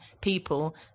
people